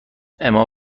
اما